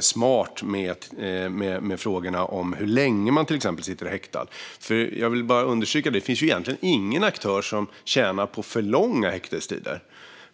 smart med frågorna om exempelvis hur länge man sitter häktad. Jag vill understryka att det egentligen inte finns någon aktör som tjänar på för långa häktestider.